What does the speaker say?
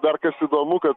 dar kas įdomu kad